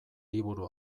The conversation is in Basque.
liburu